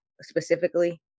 specifically